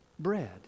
Bread